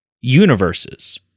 universes